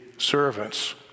servants